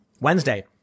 Wednesday